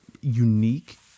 unique